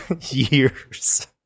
years